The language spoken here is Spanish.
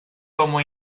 como